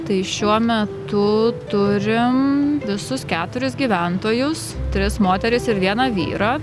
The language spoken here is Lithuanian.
tai šiuo metu turim visus keturis gyventojus tris moteris ir vieną vyrą